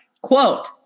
quote